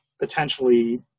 potentially